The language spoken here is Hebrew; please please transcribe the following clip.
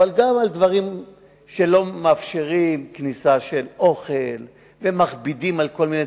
אבל גם על דברים כמו שלא מאפשרים כניסה של אוכל ומכבידים על אנשים